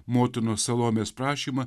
motinos salomės prašymą